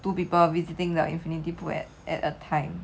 two people visiting the infinity pool at at a time